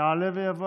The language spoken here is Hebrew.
יעלה ויבוא